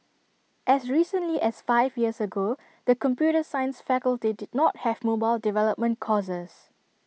as recently as five years ago the computer science faculty did not have mobile development courses